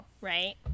right